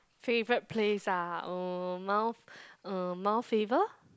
favourite place ah uh Mount uh Mount Faber